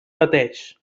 pateix